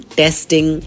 testing